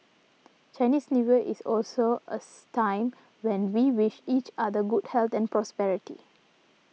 Chinese New Year is also as time when we wish each other good health and prosperity